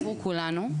עבור כולנו.